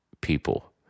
people